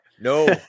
No